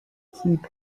keep